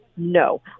No